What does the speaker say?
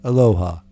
Aloha